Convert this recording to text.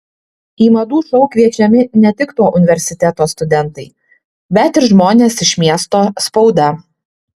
į madų šou kviečiami ne tik to universiteto studentai bet ir žmonės iš miesto spauda